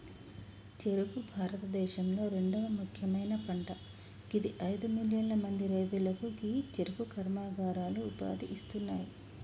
చెఱుకు భారతదేశంలొ రెండవ ముఖ్యమైన పంట గిది అయిదు మిలియన్ల మంది రైతులకు గీ చెఱుకు కర్మాగారాలు ఉపాధి ఇస్తున్నాయి